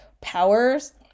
powers